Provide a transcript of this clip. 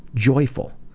joyful.